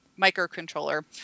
microcontroller